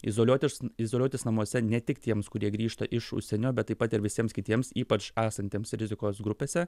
izoliuotis izoliuotis namuose ne tik tiems kurie grįžta iš užsienio bet taip pat ir visiems kitiems ypač esantiems rizikos grupėse